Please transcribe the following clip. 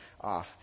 off